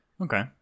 okay